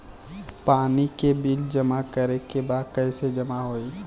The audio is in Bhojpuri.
पानी के बिल जमा करे के बा कैसे जमा होई?